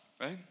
right